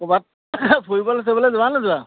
ক'ৰবাত ফুৰিবলৈ চুৰিবলৈ যোৱা নোযোৱা